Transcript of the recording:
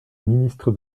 ministre